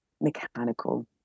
mechanical